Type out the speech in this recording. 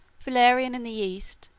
valerian in the east,